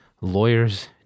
Lawyers